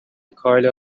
کایلا